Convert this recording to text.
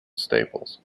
staples